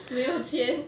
没有钱